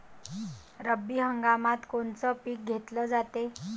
रब्बी हंगामात कोनचं पिक घेतलं जाते?